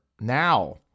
now